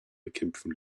bekämpfen